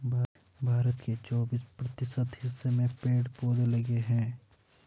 भारत के चौबिस प्रतिशत हिस्से में पेड़ पौधे लगे हैं